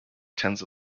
tens